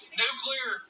nuclear